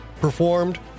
Performed